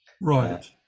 right